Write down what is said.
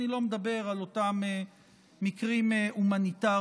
ואני לא מדבר על אותם מקרים הומניטריים,